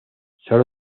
sólo